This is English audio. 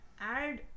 Add